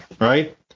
right